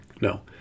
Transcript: No